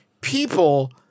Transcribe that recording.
people